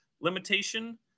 limitation